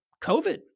COVID